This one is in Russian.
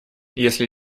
если